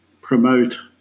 promote